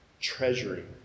Treasuring